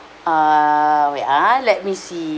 uh wait ah let me see